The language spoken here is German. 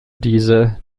diese